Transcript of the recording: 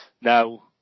Now